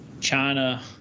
china